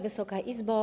Wysoka Izbo!